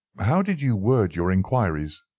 how did you word your inquiries?